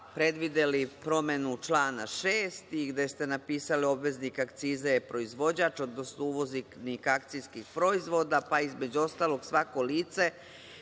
predvideli promenu člana 6. i gde ste napisali – obveznik akcize je proizvođač, odnosno uvoznik akcijskih proizvoda pa između ostalog svako lice